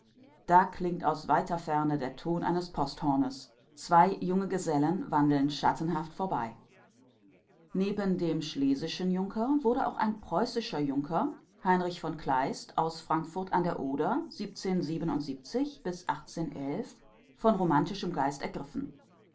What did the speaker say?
da klingt aus weiter ferne der ton eines posthornes zwei junge gesellen wandeln schattenhaft vorbei neben dem schlesischen junker wurde auch ein preußischer junker heinrich v kleist aus frankfurt a o von romantischen geist ergriffen